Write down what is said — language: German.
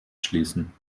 schließen